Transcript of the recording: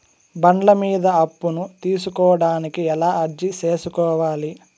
బండ్ల మీద అప్పును తీసుకోడానికి ఎలా అర్జీ సేసుకోవాలి?